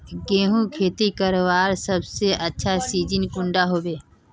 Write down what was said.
गेहूँर खेती करवार सबसे अच्छा सिजिन कुंडा होबे?